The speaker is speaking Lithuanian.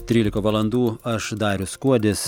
trylika valandų aš darius kuodis